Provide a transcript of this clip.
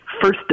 first